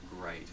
great